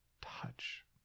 touch